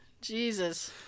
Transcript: Jesus